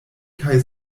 kaj